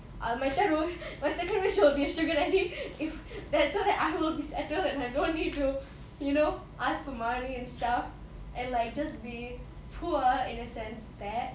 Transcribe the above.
err my third one my second wish would be a sugar daddy if that's so that I will be settled and I don't need to you know ask for money and stuff and like just be poor in a sense that